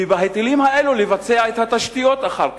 ובהיטלים האלה לבצע את התשתיות אחר כך.